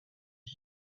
tea